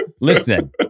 Listen